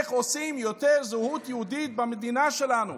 איך עושים יותר זהות יהודית במדינה שלנו,